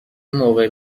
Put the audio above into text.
موقع